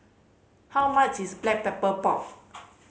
how much is Black Pepper Pork